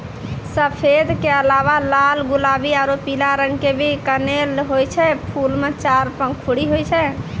सफेद के अलावा लाल गुलाबी आरो पीला रंग के भी कनेल होय छै, फूल मॅ चार पंखुड़ी होय छै